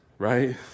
Right